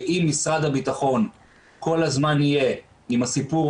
ואם משרד הביטחון כל הזמן יהיה עם הסיפור